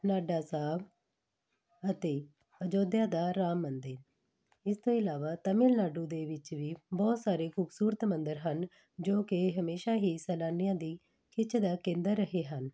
ਨਾਢਾ ਸਾਹਿਬ ਅਤੇ ਅਯੋਧਿਆ ਦਾ ਰਾਮ ਮੰਦਿਰ ਇਸ ਤੋਂ ਇਲਾਵਾ ਤਮਿਲਨਾਡੂ ਦੇ ਵਿੱਚ ਵੀ ਬਹੁਤ ਸਾਰੇ ਖੂਬਸੂਰਤ ਮੰਦਰ ਹਨ ਜੋ ਕਿ ਹਮੇਸ਼ਾ ਹੀ ਸੈਲਾਨੀਆਂ ਦੀ ਖਿੱਚ ਦਾ ਕੇਂਦਰ ਰਹੇ ਹਨ